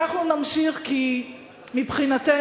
אנחנו נמשיך כי מבחינתנו,